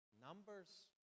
numbers